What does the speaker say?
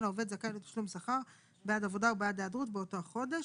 העובד זכאי לתשלום שכר בעד עבודה או בעד היעדרות באותו החודש.